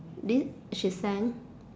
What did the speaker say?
thi~ she sang